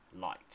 light